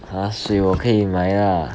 !huh! 水我可以买 lah